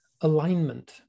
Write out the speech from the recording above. alignment